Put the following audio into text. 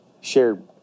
shared